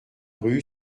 rue